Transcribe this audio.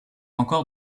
encore